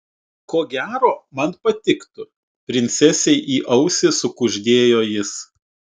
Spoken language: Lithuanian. ko gero man patiktų princesei į ausį sukuždėjo jis